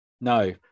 No